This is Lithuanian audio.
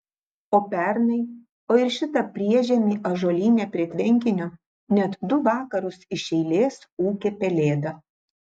o pernai o ir šitą priešžiemį ąžuolyne prie tvenkinio net du vakarus iš eilės ūkė pelėda